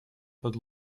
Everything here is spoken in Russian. под